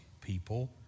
people